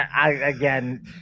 Again